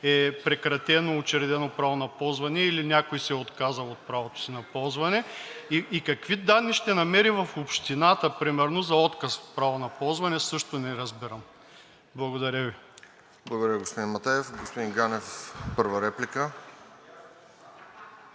е прекратено учредено право на ползване или някой се е отказал от правото си на ползване? Какви данни ще намери в общината например за отказ от право на ползване, също не разбирам? Благодаря Ви. ПРЕДСЕДАТЕЛ РОСЕН ЖЕЛЯЗКОВ: Благодаря, господин Матеев. Господин Ганев, първа реплика.